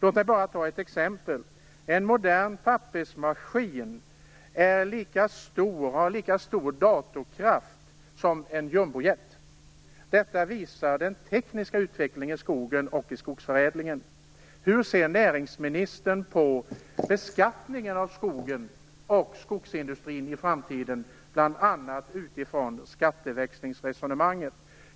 Jag skall ge ett exempel: En modern pappersmaskin har lika stor datorkraft som en jumbojet. Detta visar på den tekniska utvecklingen i skogen och inom skogsförädlingen. Hur ser näringsministern på beskattningen av skogen och skogsindustrin i framtiden bl.a. utifrån skatteväxlingsresonemanget?